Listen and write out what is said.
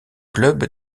club